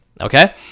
Okay